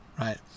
right